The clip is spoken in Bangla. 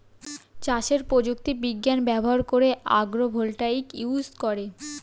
চাষে প্রযুক্তি বিজ্ঞান ব্যবহার করে আগ্রো ভোল্টাইক ইউজ করে